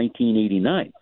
1989